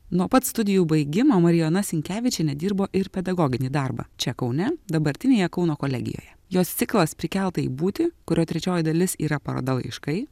nuo pat studijų baigimo marijona sinkevičienė dirbo ir pedagoginį darbą čia kaune dabartinėje kauno kolegijoje jos ciklas prikelta į būtį kurio trečioji dalis yra paroda laiškai